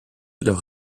leur